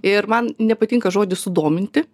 ir man nepatinka žodis sudominti